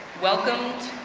welcomed,